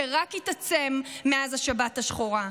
שרק התעצם מאז השבת השחורה.